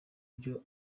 byo